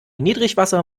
niedrigwasser